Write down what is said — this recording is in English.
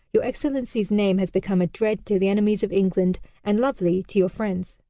your excellency's name has become a dread to the enemies of england and lovely to your friends.